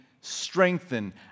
strengthened